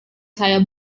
saya